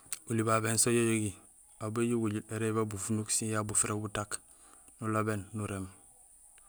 Oli babé néni sooj éjogi, aw béjoow ubajul érééb yara bufunuk, sin ya bufira butak, nulabéén nuréém.